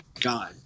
God